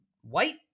white